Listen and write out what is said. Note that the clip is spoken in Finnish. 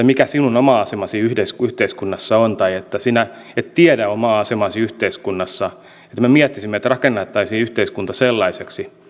mikä sinun oma asemasi yhteiskunnassa on tai että sinä et tiedä omaa asemaasi yhteiskunnassa me miettisimme että rakentaisimme yhteiskunnan sellaiseksi